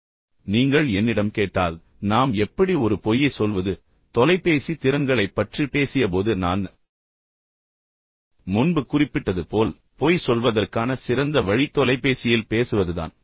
இப்போது நீங்கள் என்னிடம் கேட்டால் நாம் எப்படி ஒரு பொய்யை சொல்வது எனவே தொலைபேசி திறன்களைப் பற்றி பேசியபோது நான் முன்பு குறிப்பிட்டது போல் பொய் சொல்வதற்கான சிறந்த வழி தொலைபேசியில் பேசுவதுதான்